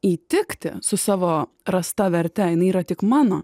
įtikti su savo rasta verte jinai yra tik mano